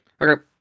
Okay